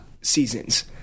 seasons